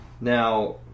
Now